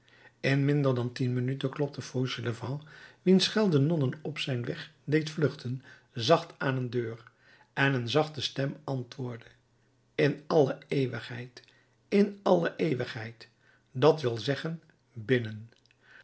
in minder dan tien minuten klopte fauchelevent wiens schel de nonnen op zijn weg deed vluchten zacht aan een deur en een zachte stem antwoordde in alle eeuwigheid in alle eeuwigheid dat wil zeggen binnen